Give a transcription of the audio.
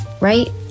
right